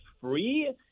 free